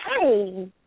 hey